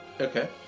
Okay